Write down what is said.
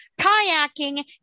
Kayaking